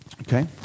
okay